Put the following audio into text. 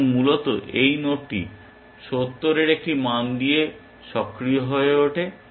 সুতরাং মূলত এই নোডটি 70 এর একটি মান দিয়ে সক্রিয় হয়ে ওঠে